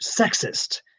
sexist